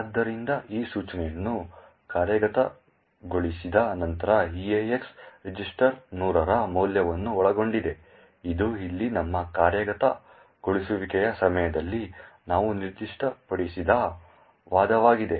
ಆದ್ದರಿಂದ ಈ ಸೂಚನೆಯನ್ನು ಕಾರ್ಯಗತಗೊಳಿಸಿದ ನಂತರ EAX ರಿಜಿಸ್ಟರ್ 100 ರ ಮೌಲ್ಯವನ್ನು ಒಳಗೊಂಡಿದೆ ಇದು ಇಲ್ಲಿ ನಮ್ಮ ಕಾರ್ಯಗತಗೊಳಿಸುವಿಕೆಯ ಸಮಯದಲ್ಲಿ ನಾವು ನಿರ್ದಿಷ್ಟಪಡಿಸಿದ ವಾದವಾಗಿದೆ